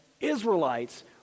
Israelites